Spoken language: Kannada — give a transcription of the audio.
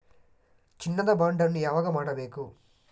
ಚಿನ್ನ ದ ಬಾಂಡ್ ಅನ್ನು ಯಾವಾಗ ಮಾಡಬೇಕು?